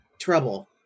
trouble